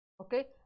Okay